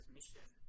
mission